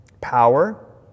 power